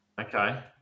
Okay